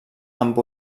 amb